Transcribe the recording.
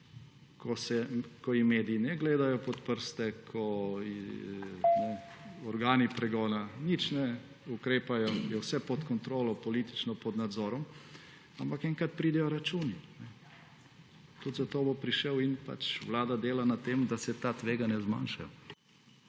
ko ji mediji ne gledajo pod prste, ko organi pregona nič ne ukrepajo, je vse pod kontrolo, politično pod nadzorom. Ampak enkrat pridejo računi. Tudi zato bo prišel in vlada dela na tem, da se ta tveganja zmanjšajo.